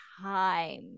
time